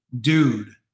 dude